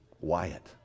Wyatt